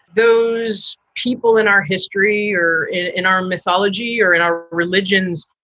those people in our history or in in our mythology or in our religions,